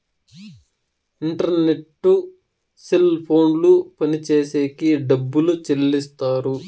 internet cell ఫోన్లు పనిచేసేకి డబ్బులు చెల్లిస్తారు